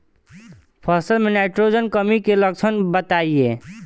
फसल में नाइट्रोजन कमी के लक्षण बताइ?